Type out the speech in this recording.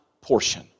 portion